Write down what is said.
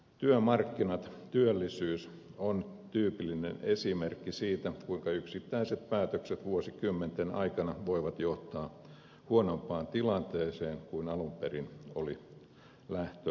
työmarkkinat työllisyys on tyypillinen esimerkki siitä kuinka yksittäiset päätökset vuosikymmenten aikana voivat johtaa huonompaan tilanteeseen kuin alun perin oli lähtöasetelma